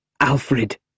Alfred